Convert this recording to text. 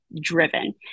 driven